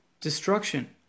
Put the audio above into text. destruction